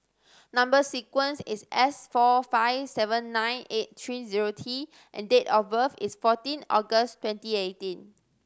number sequence is S four five seven nine eight three zero T and date of birth is fourteen August twenty eighteen